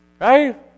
Right